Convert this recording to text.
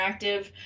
Interactive